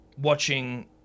watching